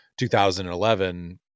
2011